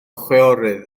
chwiorydd